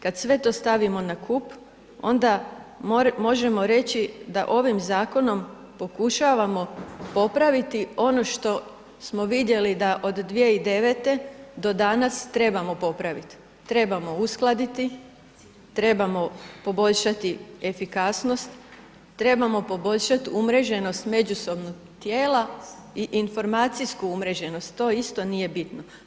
Kad sve to stavimo na kup onda možemo reći da ovim zakonom pokušavamo popraviti ono što smo vidjeli da od 2009. do danas trebamo popraviti, trebamo uskladiti, trebamo poboljšati efikasnost, trebamo poboljšat umreženost međusobno tijela i informacijsku umreženost, to isto nije bitno.